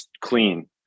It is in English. clean